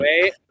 Wait